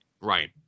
Right